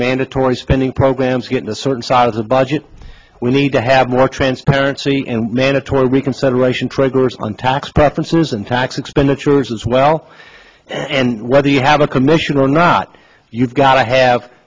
mandatory spending programs get a certain size of budget we need to have more transparency and mandatory reconsideration triggers on tax preferences and tax expenditures as well and whether you have a commission or not you've